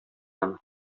аны